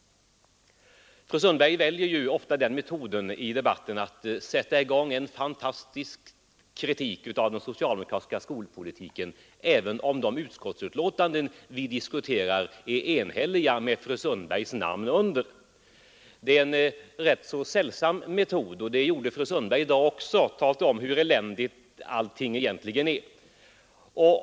Fru Sundberg väljer ofta den metoden i debatten att sätta i gång en fantastisk kritik av den socialdemokratiska skolpolitiken, även om de utskottsbetänkanden vi diskuterar är enhälliga med fru Sundbergs namn under. Det är en märklig metod, och den tillämpade fru Sundberg i dag också. Hon talade om hur eländigt allting egentligen är.